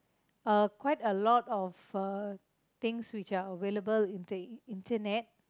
uh quite a lot of uh things which are available in the internet